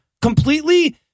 completely